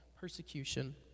persecution